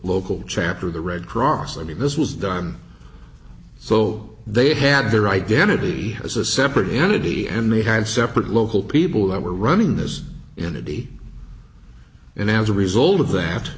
local chapter of the red cross i mean this was done so they had their identity as a separate entity and they had separate local people that were running this unity and as a result of that